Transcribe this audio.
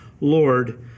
Lord